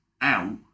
out